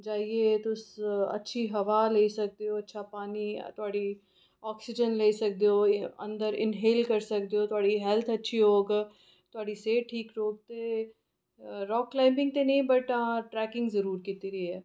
जाइयै तुस हवा लेई सकदे हो अच्छा पानी धोड़ी आक्सिजन लेई सकदे ओ अंदर इनहेल करी सकदे ओ जो तुं'दी हैल्थ अच्छी होग तुं'दी सेह्त ठीक रौह्ग राॅक क्लाईम्बिंग ते नेईं बट हां ट्रैकिंग कीती दी ऐ